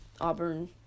Auburn